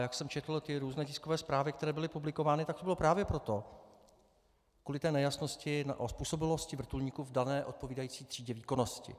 Jak jsem četl různé tiskové zprávy, které byly publikovány, tak to bylo právě kvůli nejasnosti o způsobilosti vrtulníků v dané odpovídající třídě výkonnosti.